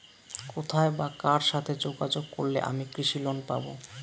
কোথায় বা কার সাথে যোগাযোগ করলে আমি কৃষি লোন পাব?